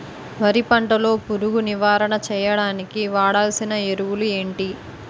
వరి పంట లో పురుగు నివారణ చేయడానికి వాడాల్సిన ఎరువులు ఏంటి?